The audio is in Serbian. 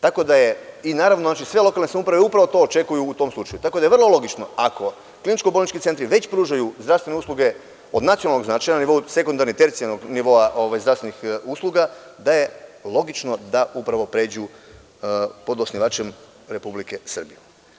Naravno, sve lokalne samouprave upravo to očekuju u tom slučaju, tako da je vrlo logično ako kliničko-bolnički centri već pružaju zdravstvene usluge od nacionalnog značaja na nivou sekundarnog i tercijalnog nivoa zdravstvenih usluga, da je logično da upravo pređu pod osnivačem Republike Srbije.